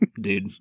Dude